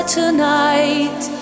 tonight